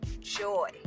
joy